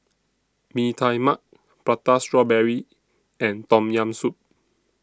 Mee Tai Mak Prata Strawberry and Tom Yam Soup